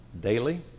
daily